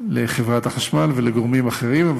לחברת החשמל ולגורמים אחרים.